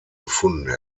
gefunden